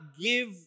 give